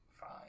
Fine